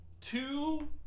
two